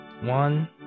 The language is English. one